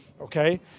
okay